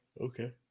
Okay